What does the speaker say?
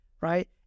right